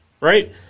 Right